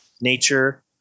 nature